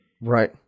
Right